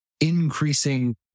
increasing